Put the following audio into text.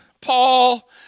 Paul